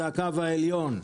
הקו העליון,